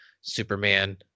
Superman